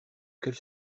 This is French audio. quelle